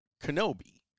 Kenobi